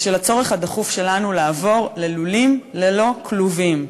והצורך הדחוף שלנו לעבור ללולים ללא כלובים.